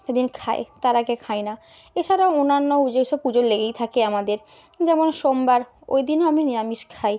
সেদিন খাই তার আগে খাই না এছাড়াও অন্যান্য যেসব পুজো লেগেই থাকে আমাদের যেমন সোমবার ওই দিনও আমি নিরামিষ খাই